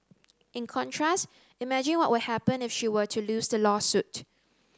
in contrast imagine what would happen if she were to lose the lawsuit